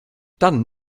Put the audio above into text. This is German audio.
dann